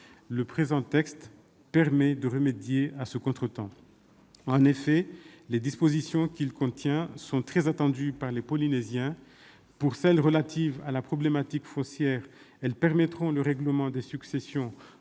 Le présent texte remédie à ce contretemps. Les dispositions qu'il contient sont très attendues par les Polynésiens. Celles qui sont relatives à la problématique foncière permettront le règlement des successions